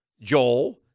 Joel